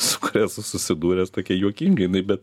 su kuria esu susidūręs tokia juokingai jinai bet